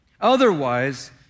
otherwise